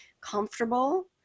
comfortable